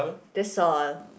that's all